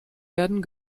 werden